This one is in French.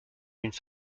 d’une